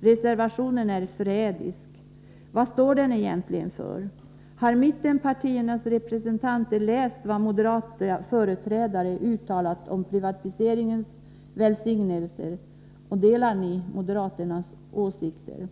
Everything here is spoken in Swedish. Reservationen är förrädisk. Vad står den egentligen för? Har mittenpartiernas representanter läst vad moderata företrädare uttalat om privatiseringens välsignelser, och delar ni moderaternas åsikter?